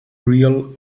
real